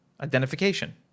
identification